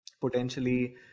Potentially